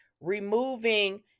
removing